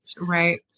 Right